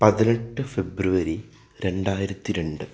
പതിനെട്ട് ഫെബ്രുവരി രണ്ടായിരത്തി രണ്ട്